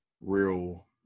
real